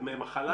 בדמי מחלה.